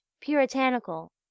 puritanical